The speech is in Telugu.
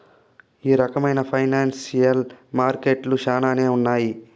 ఈ రకమైన ఫైనాన్సియల్ మార్కెట్లు శ్యానానే ఉన్నాయి